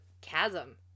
chasm